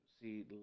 see